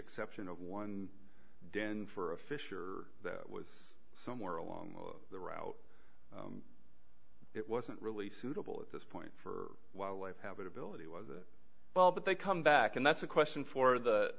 exception of one den for a fish or was somewhere along the route it wasn't really suitable at this point for wildlife habitability was well but they come back and that's a question for the